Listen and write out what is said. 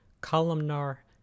columnar